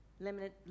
limited